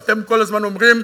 אתם כל הזמן אומרים: